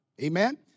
Amen